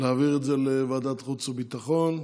להעביר את זה לוועדת החוץ והביטחון.